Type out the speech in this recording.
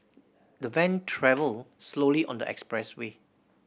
the van travelled slowly on the expressway